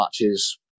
matches